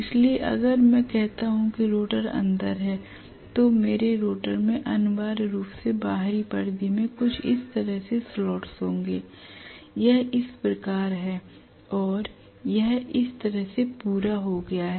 इसलिए अगर मैं कहता हूं कि रोटर अंदर है तो मेरे रोटर में अनिवार्य रूप से बाहरी परिधि में कुछ इस तरह से स्लॉट्स होंगे यह इस प्रकार है और यह इस तरह से पूरा हो गया है